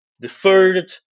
deferred